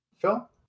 Phil